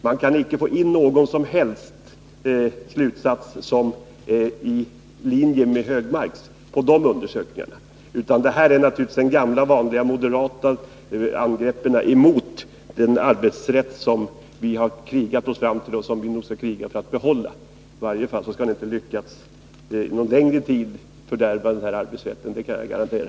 Man kan inte av de undersökningarna dra någon som helst slutsats i linje med det som Anders Högmark nu anför. Det här är naturligtvis de gamla vanliga moderata angreppen mot en arbetsrätt som vi har krigat oss fram till och måste kriga för att behålla. I varje fall skall ni inte lyckas fördärva arbetsrätten någon längre tid, det kan jag garantera!